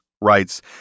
writes